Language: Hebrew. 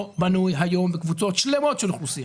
בנוי היום בקבוצות שלמות של אוכלוסייה,